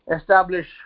establish